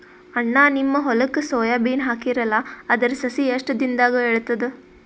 ಅಣ್ಣಾ, ನಿಮ್ಮ ಹೊಲಕ್ಕ ಸೋಯ ಬೀನ ಹಾಕೀರಲಾ, ಅದರ ಸಸಿ ಎಷ್ಟ ದಿಂದಾಗ ಏಳತದ?